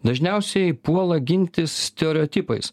dažniausiai puola gintis stereotipais